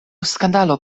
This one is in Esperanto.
skandalo